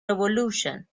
revolution